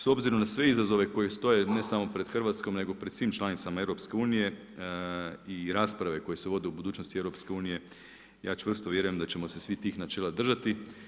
S obzirom na sve izazove koje stoje ne samo pred Hrvatskom nego pred svim članicama EU i rasprave koje se vode o budućnosti EU ja čvrsto vjerujem da ćemo se svih tih načela držati.